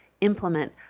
implement